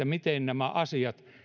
miten nämä asiat